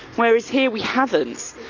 whereas here we haven't.